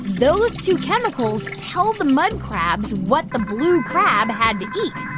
those two chemicals tell the mud crabs what the blue crab had to eat.